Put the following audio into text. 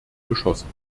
geschossen